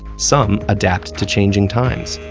some adapt to changing times,